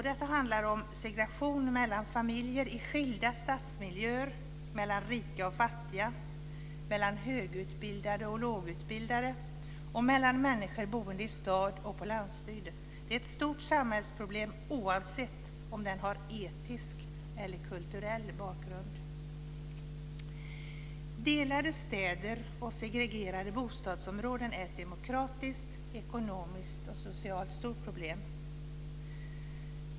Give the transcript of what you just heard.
Detta handlar om segregation mellan familjer i skilda stadsmiljöer, mellan rika och fattiga, mellan högutbildade och lågutbildade och mellan människor boende i stad och på landsbygd. Det är ett stort samhällsproblem oavsett om det har etnisk eller kulturell grund. Delade städer och segregerade bostadsområden är ett stort demokratiskt, ekonomiskt och socialt problem.